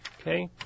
okay